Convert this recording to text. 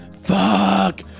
Fuck